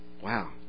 Wow